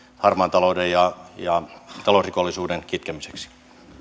harmaan talouden ja ja talousrikollisuuden kitkemiseksi